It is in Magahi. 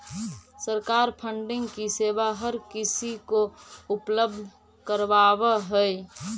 सरकार फंडिंग की सेवा हर किसी को उपलब्ध करावअ हई